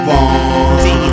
one